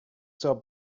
zur